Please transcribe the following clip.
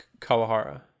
kawahara